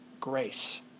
grace